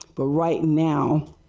but right now,